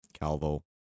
Calvo